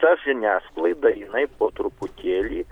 ta žiniasklaida jinai po truputėlį